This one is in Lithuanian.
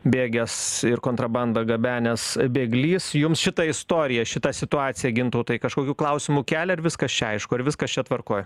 bėgęs ir kontrabandą gabenęs bėglys jums šita istorija šita situacija gintautai kažkokių klausimų kelia ar viskas čia aišku ar viskas čia tvarkoj